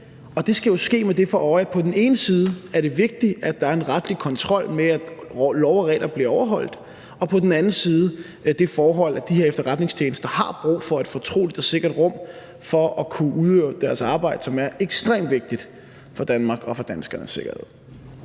Og det skal jo ske med det for øje, at det på den ene side er vigtigt, at der er en retlig kontrol med, at love og regler bliver overholdt, og at der på den anden side er det forhold, at de her efterretningstjenester har brug for et fortroligt og sikkert rum for at kunne udøve deres arbejde, som er ekstremt vigtigt for Danmark og for danskernes sikkerhed.